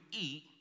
eat